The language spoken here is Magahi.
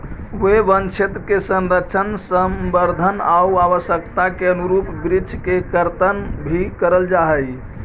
वे वनक्षेत्र के संरक्षण, संवर्धन आउ आवश्यकता के अनुरूप वृक्ष के कर्तन भी करल जा हइ